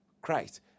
Christ